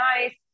nice